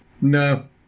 No